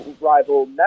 rival